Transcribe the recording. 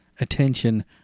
attention